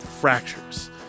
fractures